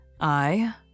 I